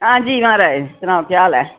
हां जी महराज सनाओ केह् हाल ऐ